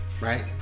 Right